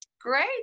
Great